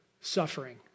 suffering